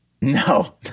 No